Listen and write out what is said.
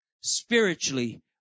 spiritually